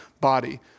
body